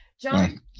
John